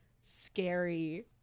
scary